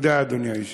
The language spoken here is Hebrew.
תודה, אדוני היושב-ראש.